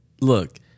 Look